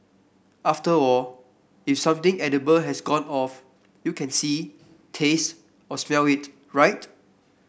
after all if something edible has gone off you can see taste or smell it right